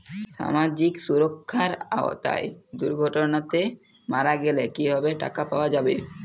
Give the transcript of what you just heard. সামাজিক সুরক্ষার আওতায় দুর্ঘটনাতে মারা গেলে কিভাবে টাকা পাওয়া যাবে?